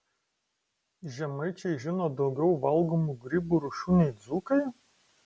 žemaičiai žino daugiau valgomų grybų rūšių nei dzūkai